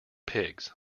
pigs